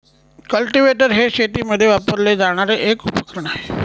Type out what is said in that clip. cultivator हे शेतीमध्ये वापरले जाणारे एक उपकरण आहे